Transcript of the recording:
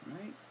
right